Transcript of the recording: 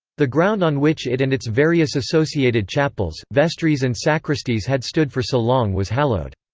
the ground on which it and its various associated chapels, vestries and sacristies had stood for so long was hallowed.